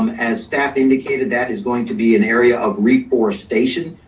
um as staff indicated that is going to be an area of reforestation.